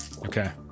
Okay